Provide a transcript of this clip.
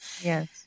yes